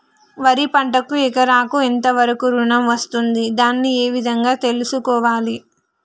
వరి పంటకు ఎకరాకు ఎంత వరకు ఋణం వస్తుంది దాన్ని ఏ విధంగా తెలుసుకోవాలి?